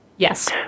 Yes